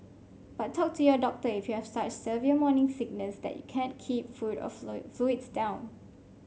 but talk to your doctor if you have such severe morning sickness that you can't keep food or fluids down